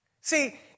See